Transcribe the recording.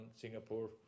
Singapore